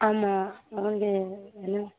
ஆமாம் நான் தான் என்ன